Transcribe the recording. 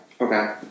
Okay